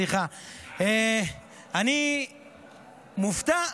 אני מופתע,